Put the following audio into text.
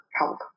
help